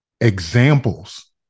examples